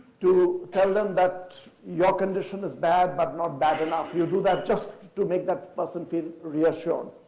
to tell them that your condition is bad, but not bad enough. you do that just to make that person feel reassured.